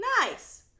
Nice